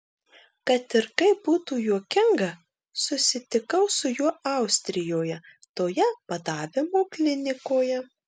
kad ir kaip būtų juokinga susitikau su juo austrijoje toje badavimo klinikoje